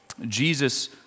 Jesus